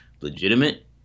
legitimate